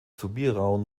subiram